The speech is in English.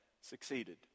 succeeded